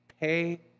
Pay